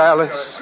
Alice